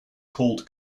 called